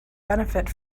benefit